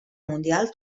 mundial